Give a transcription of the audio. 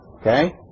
Okay